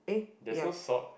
there's no sock